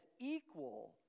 equal